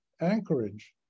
anchorage